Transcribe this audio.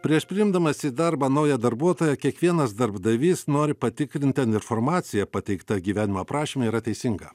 prieš priimdamas į darbą naują darbuotoją kiekvienas darbdavys nori patikrint ar informacija pateikta gyvenimo aprašyme yra teisinga